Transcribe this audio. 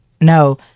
no